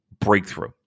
breakthrough